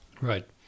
Right